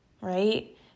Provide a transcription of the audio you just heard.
right